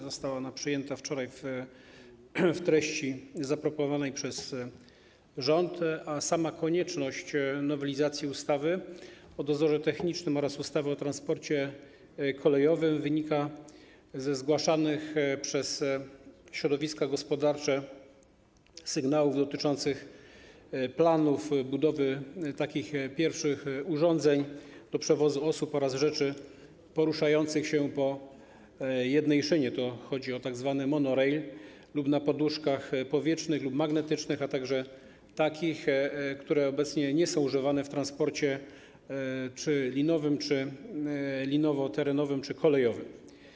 Została ona przyjęta wczoraj w treści zaproponowanej przez rząd, a sama konieczność nowelizacji ustawy o dozorze technicznym oraz ustawy o transporcie kolejowym wynika ze zgłaszanych przez środowiska gospodarcze sygnałów dotyczących planów budowy takich pierwszych urządzeń do przewozu osób oraz rzeczy poruszających się po jednej szynie, chodzi o tzw. monorail, lub na poduszkach powietrznych lub magnetycznych, a także takich, które obecnie nie są używane w transporcie czy linowym, czy linowo-terenowym, czy kolejowym.